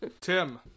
Tim